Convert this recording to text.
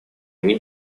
они